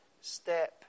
step